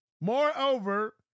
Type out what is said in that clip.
Moreover